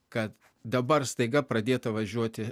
kad dabar staiga pradėta važiuoti